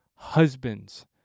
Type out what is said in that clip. husbands